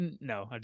no